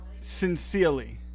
Sincerely